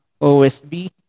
OSB